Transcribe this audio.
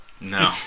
No